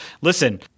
listen